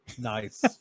Nice